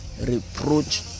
reproach